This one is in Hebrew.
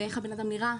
באיך הבן-אדם נראה,